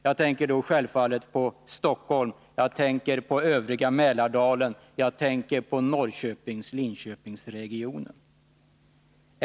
Jag tänker på Stockholm, övriga Mälardalen och Norrköping-Linköpingregionen.